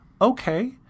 Okay